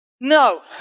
No